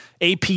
AP